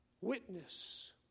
witness